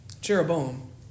Jeroboam